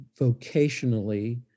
vocationally